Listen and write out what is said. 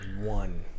one